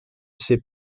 ces